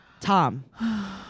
Tom